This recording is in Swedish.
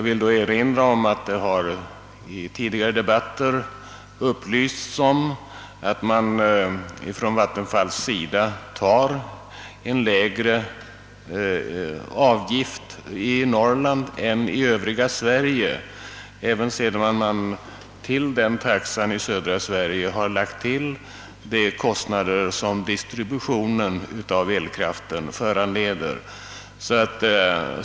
I tidigare debatter har upplysts att vattenfallsstyrelsen tar ut en lägre avgift i Norrland än i övriga Sverige även sedan till taxan i södra Sverige lagts de kostnader som distributionen av elkraften leder till.